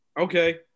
Okay